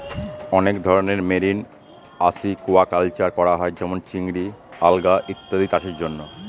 অনেক ধরনের marine aquaculture করা হয় যেমন চিংড়ি, আলগা ইত্যাদি চাষের জন্য